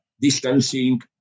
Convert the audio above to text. distancing